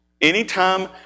Anytime